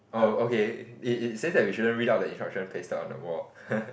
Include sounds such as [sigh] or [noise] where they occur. oh okay it it say that we shouldn't read out the instruction pasted on the wall [laughs]